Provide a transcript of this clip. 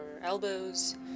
elbows